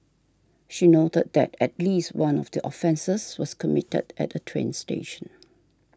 she noted that at least one of the offences was committed at a train station